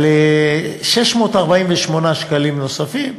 על 648 שקלים נוספים,